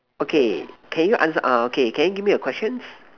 okay can you answer ah okay can you give me a questions